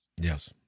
Yes